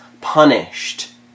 punished